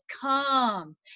come